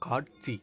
காட்சி